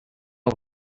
que